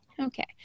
Okay